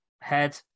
head